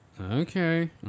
Okay